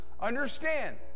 understand